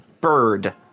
bird